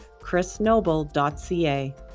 chrisnoble.ca